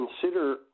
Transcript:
consider